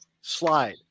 slide